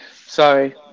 Sorry